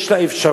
יש לה אפשרות,